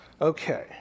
Okay